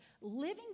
Living